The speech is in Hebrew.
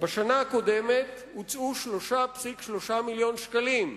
בשנה הקודמת הוצאו 3.3 מיליוני שקלים.